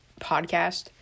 podcast